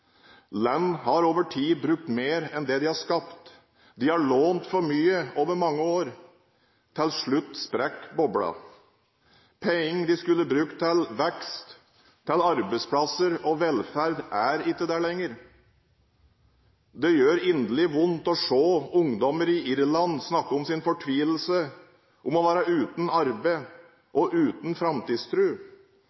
Land har over tid brukt mer enn det de har skapt. De har lånt for mye over mange år. Til slutt sprekker boblen. Penger de skulle brukt til vekst, til arbeidsplasser og velferd, er ikke der lenger. Det gjør inderlig vondt å se ungdom i Irland snakke i sin fortvilelse om det å være uten arbeid